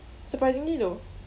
surprisingly though